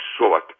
short